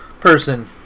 person